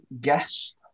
guest